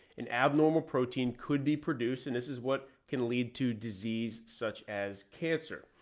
an abnormal protein could be produced, and this is what can lead to disease such as cancer.